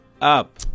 up